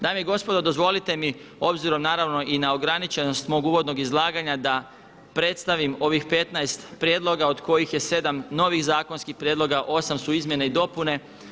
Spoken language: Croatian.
Dame i gospodo dozvolite mi obzirom naravno i na ograničenost mog uvodnog izlaganja da predstavim ovih 15 prijedloga od kojih je 7 novih zakonskih prijedloga, 8 su izmjene i dopune.